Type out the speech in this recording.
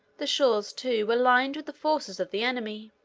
the shores, too, were lined with the forces of the enemy,